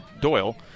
Doyle